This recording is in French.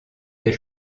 des